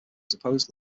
supposed